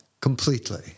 completely